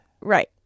Right